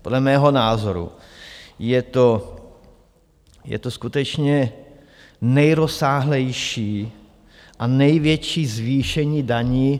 Podle mého názoru je to skutečně nejrozsáhlejší a největší zvýšení daní.